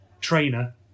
trainer